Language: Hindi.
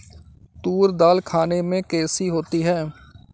तूर दाल खाने में कैसी होती है?